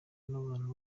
n’abantu